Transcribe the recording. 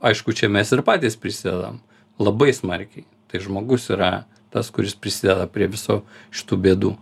aišku čia mes ir patys prisidedam labai smarkiai tai žmogus yra tas kuris prisideda prie viso šitų bėdų